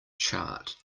chart